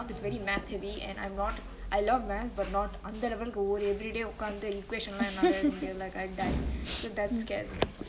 it's very math heavy and I'm not I love math but not அந்த:anthe level லுக்கு:luku everyday ஒக்காந்து:okkanthu equation லா என்னால எழுத முடியாது:laa ennale ezhuthe mudiyaathu like I die so that scares me